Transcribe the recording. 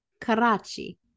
Karachi